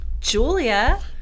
Julia